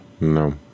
No